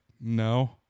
no